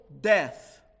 Death